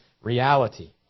reality